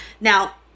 Now